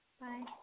Bye